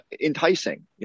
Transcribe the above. enticing